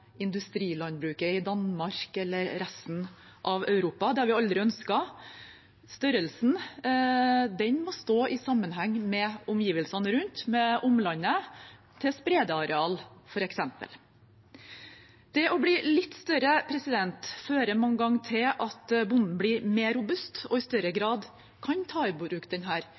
industrilandbruket i Danmark eller i resten av Europa, det har vi aldri ønsket. Størrelsen må stå i sammenheng med omgivelsene rundt, med omlandet, til spredeareal, f.eks. Det å bli litt større fører mange ganger til at bonden blir mer robust og i større grad kan ta i bruk